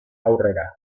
aurrera